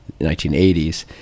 1980s